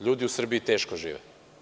Ljudi u Srbiji teško žive.